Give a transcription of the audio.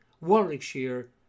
Warwickshire